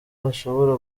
bashobora